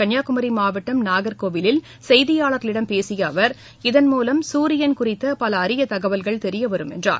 கள்னியாகுமரிமாவட்டம் நாகர்கோவிலில் செய்தியாளர்களிடம் பேசியஅவர் இதன்மூலம் சூரியன் குறித்தபலஅரியதகவல்கள் தெரியவரும் என்றார்